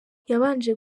yabanje